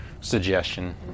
suggestion